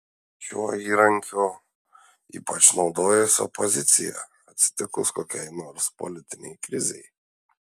šiuo įrankiu ypač naudojasi opozicija atsitikus kokiai nors politinei krizei